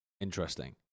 Interesting